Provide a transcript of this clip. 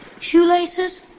Shoelaces